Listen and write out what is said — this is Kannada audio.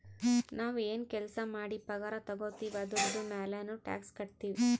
ನಾವ್ ಎನ್ ಕೆಲ್ಸಾ ಮಾಡಿ ಪಗಾರ ತಗೋತಿವ್ ಅದುರ್ದು ಮ್ಯಾಲನೂ ಟ್ಯಾಕ್ಸ್ ಕಟ್ಟತ್ತಿವ್